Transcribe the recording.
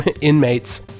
inmates